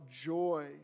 joy